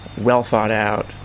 well-thought-out